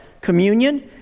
Communion